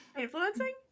influencing